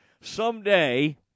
someday